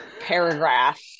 paragraph